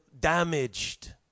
damaged